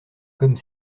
comme